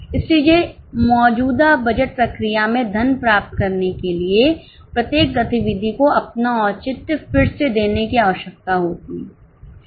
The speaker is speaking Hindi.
इसलिए मौजूदा बजट प्रक्रिया में धन प्राप्त करने के लिए प्रत्येक गतिविधि को अपनाऔचित्य फिर से देने की आवश्यकता होती है